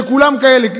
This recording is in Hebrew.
שכולם כאלה,